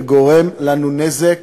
וגורם לנו נזק